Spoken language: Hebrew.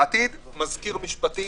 בעתיד מזכיר משפטי,